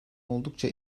oldukça